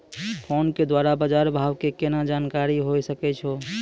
Phone के द्वारा बाज़ार भाव के केना जानकारी होय सकै छौ?